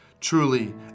Truly